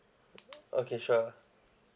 okay sure